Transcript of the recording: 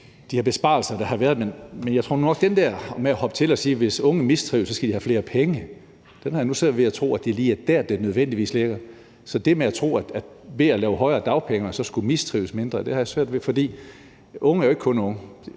besparelser, der har været. Men jeg vil sige, at i forhold til at hoppe på den der med, at hvis unge mistrives, skal de have flere penge, så har jeg svært ved at tro, at det lige er dér, det nødvendigvis ligger. Så det med, at man med højere dagpenge mistrives mindre, har jeg svært ved at tro. For unge er jo ikke kun unge.